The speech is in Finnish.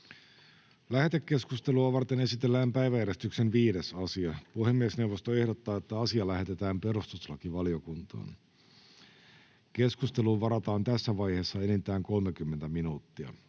Lähetekeskustelua varten esitellään päiväjärjestyksen 5. asia. Puhemiesneuvosto ehdottaa, että asia lähetetään perustuslakivaliokuntaan. Keskusteluun varataan tässä vaiheessa enintään 30 minuuttia.